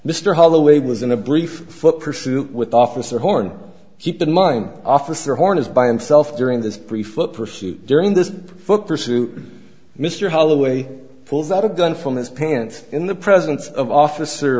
mr holloway was in a brief foot pursuit with officer horn keep in mind officer horn is by itself during this brief pursuit during this book pursuit mr holloway pulls out a gun from his pants in the presence of officer